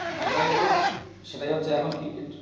যেটাই বলুন সেটাই হচ্ছে এখন ক্রিকেট